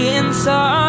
inside